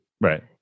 Right